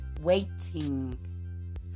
waiting